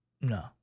no